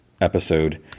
episode